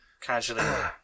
casually